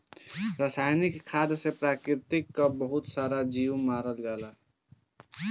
रासायनिक खाद से प्रकृति कअ बहुत सारा जीव मर जालन